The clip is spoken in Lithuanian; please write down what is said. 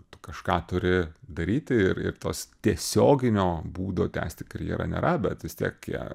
tu kažką turi daryti ir ir tos tiesioginio būdo tęsti karjerą nėra bet vis tiek jie